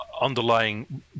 underlying